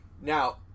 Now